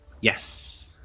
Yes